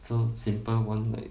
so simple [one] like